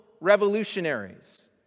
revolutionaries